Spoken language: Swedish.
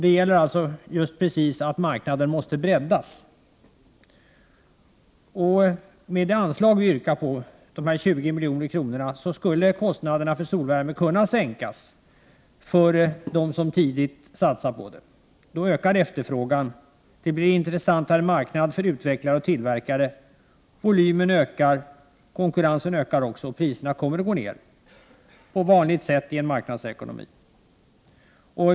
Det gäller alltså just detta att marknaden måste breddas. Med det anslag på 20 milj.kr. som vi yrkar skulle kostnaderna för solvärme kunna sänkas för dem som tidigt satsar på sådan. Då ökar efterfrågan, det blir en intressantare marknad för utvecklare och tillverkare, volymen ökar, konkurrensen ökar och priserna kommer att gå ner — på vanligt sätt i en marknadsekonomi.